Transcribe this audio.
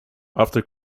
after